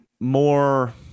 more